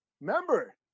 remember